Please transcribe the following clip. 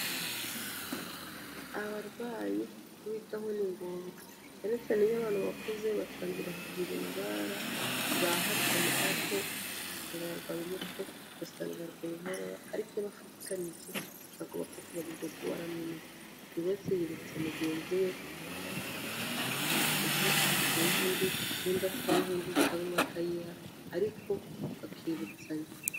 Abarwayi kubitaho ni ngombwa, cyane cyane iyo abantu bakuze batangira kugira indwara za hato na hato ugasanga yarwaye umutwe, ugasanga yarwaye inkorora ariko iyo bafatikanije ntago bapfa kwibagirwa ko baranywa imiti buri wese yibutsa mugenzi we, umwe akayiha undi, undi akayiha undi, cyangwa umwe akayiha ariko bakibutsanya.